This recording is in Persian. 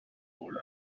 بردم